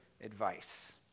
advice